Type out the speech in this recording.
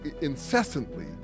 incessantly